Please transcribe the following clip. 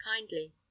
kindly